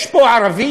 יש פה ערבי,